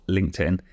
LinkedIn